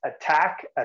attack